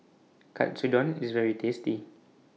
Katsudon IS very tasty